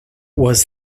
was